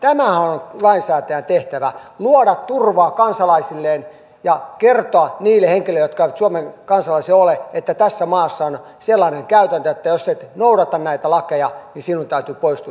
tämähän on lainsäätäjän tehtävä luoda turva kansalaisilleen ja kertoa niille henkilöille jotka eivät suomen kansalaisia ole että tässä maassa on sellainen käytäntö että jos et noudata näitä lakeja niin sinun täytyy poistua tästä maasta